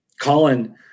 Colin